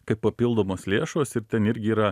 kaip papildomos lėšos ir ten irgi yra